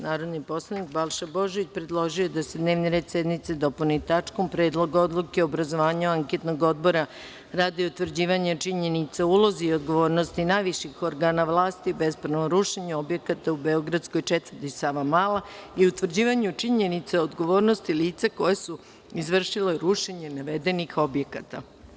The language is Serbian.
Narodni poslanik Balša Božović predložio je da se dnevni red sednice dopuni tačkom – Predlog odluke o obrazovanju anketnog odbora radi utvrđivanja činjenica o ulozi i odgovornosti najviših organa vlasti, bespravnom rušenju objekata u beogradskoj četvrti Savamala i utvrđivanju činjenica o odgovornosti lica koja su izvršila rušenje navedenih objekata.